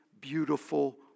beautiful